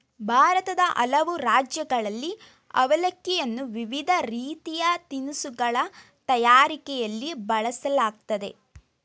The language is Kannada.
ಭಾರತದ ಹಲವು ರಾಜ್ಯಗಳಲ್ಲಿ ಅವಲಕ್ಕಿಯನ್ನು ವಿವಿಧ ರೀತಿಯ ತಿನಿಸುಗಳ ತಯಾರಿಕೆಯಲ್ಲಿ ಬಳಸಲಾಗ್ತದೆ